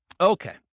Okay